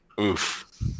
oof